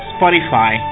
Spotify